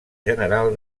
general